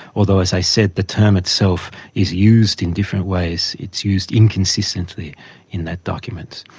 although, as i said, the term itself is used in different ways it's used inconsistently in that document.